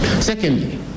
Secondly